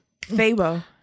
Fabo